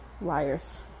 Liars